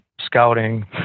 scouting